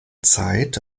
zeit